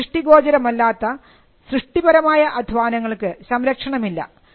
എന്നാൽ ദൃഷ്ടി ഗോചരമല്ലാത്ത സൃഷ്ടിപരമായ അധ്വാനങ്ങൾക്ക് സംരക്ഷണമില്ല